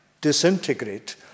disintegrate